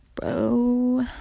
Bro